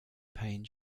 paying